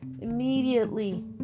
immediately